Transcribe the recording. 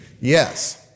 Yes